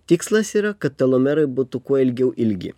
tikslas yra kad telomerai būtų kuo ilgiau ilgi